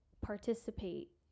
participate